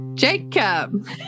Jacob